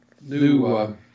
new